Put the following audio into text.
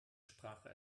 sprache